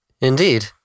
Indeed